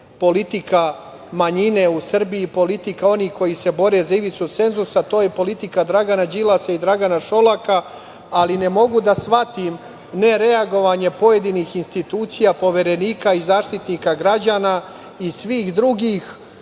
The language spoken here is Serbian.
politika manjine u Srbiji, politika onih koji se bore za ivicu cenzusa, a to je politika Dragana Đilasa i Dragana Šolaka. Ali, ne mogu da shvatim ne reagovanje pojedinih institucija Poverenika i Zaštitnika građana i svih drugih